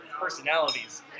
personalities